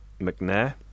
McNair